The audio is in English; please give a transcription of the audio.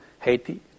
Haiti